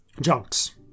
junks